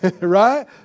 Right